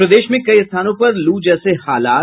और प्रदेश में कई स्थानों पर लू जैसे हालात